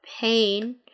pain